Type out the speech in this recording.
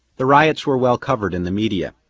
the riots were well covered in the media.